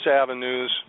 avenues